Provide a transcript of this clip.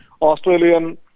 Australian